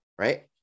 right